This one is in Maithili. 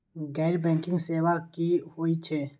गैर बैंकिंग सेवा की होय छेय?